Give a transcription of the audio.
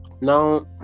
Now